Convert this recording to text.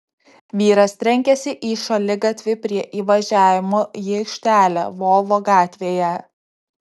vyras trenkėsi į šaligatvį prie įvažiavimo į aikštelę lvovo gatvėje